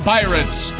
Pirates